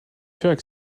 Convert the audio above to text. faire